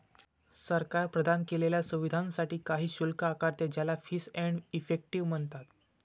सरकार प्रदान केलेल्या सुविधांसाठी काही शुल्क आकारते, ज्याला फीस एंड इफेक्टिव म्हणतात